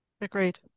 Agreed